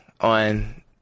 on